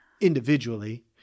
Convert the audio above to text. individually